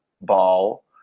ball